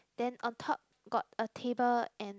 then on top got a table and